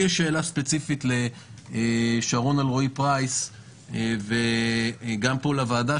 לי יש שאלה ספציפית לשרון אלרעי פרייס וגם פה לוועדה,